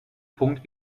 punkt